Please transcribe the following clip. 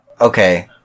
Okay